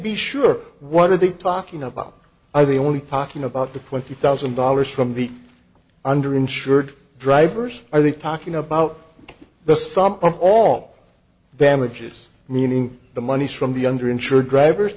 be sure what are they talking about i think only pocking about the point three thousand dollars from the under insured drivers are they talking about the sum of all damages meaning the monies from the under insured drivers